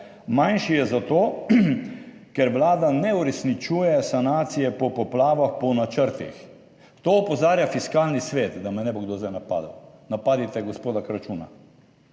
Manjši je zato, ker Vlada ne uresničuje sanacije po poplavah po načrtih - to opozarja Fiskalni svet, da me ne bo kdo zdaj napadel. Napadite gospoda Kračuna,